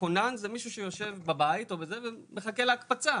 מי שכונן זה מישהו שיושב בבית ומחכה להקפצה.